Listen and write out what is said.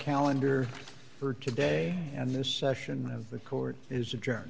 calendar for today and this session of the court is a